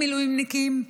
המילואימניקים,